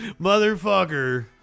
Motherfucker